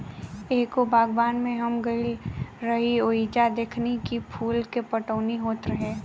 एगो बागवान में हम गइल रही ओइजा देखनी की फूल के पटवनी होत रहे